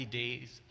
days